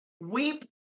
weep